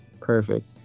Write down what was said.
perfect